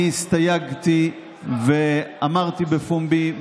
אני הסתייגתי ואמרתי בפומבי,